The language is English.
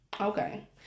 Okay